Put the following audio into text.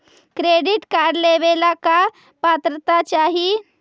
Credit card लेवेला का पात्रता चाही?